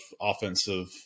offensive